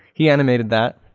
he animated that.